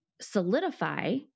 solidify